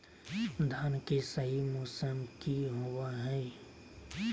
धान के सही मौसम की होवय हैय?